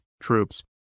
troops